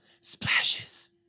Splashes